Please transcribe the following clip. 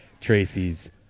Tracy's